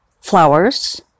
flowers